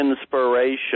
inspiration